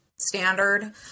standard